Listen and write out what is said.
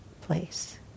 place